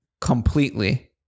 completely